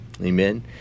amen